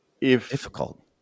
difficult